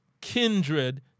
kindred